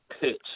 pitch